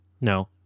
No